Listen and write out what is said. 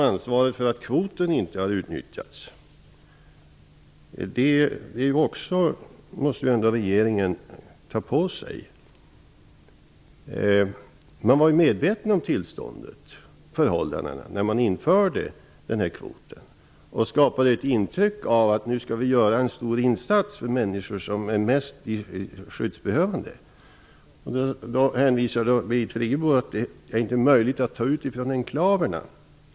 Ansvaret för att kvoten inte har utnyttjats måste ändå regeringen ta på sig. Man var ju när man införde denna kvot medveten om förhållandena och skapade ett intryck av att man skulle göra en stor insats för de människor som är mest skyddsbehövande. Birgit Friggebo hänvisar till att det inte är möjligt att ta ut människor från enklaverna.